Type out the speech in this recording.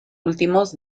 últimos